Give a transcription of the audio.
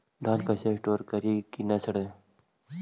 धान कैसे स्टोर करवई कि न सड़ै?